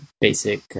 basic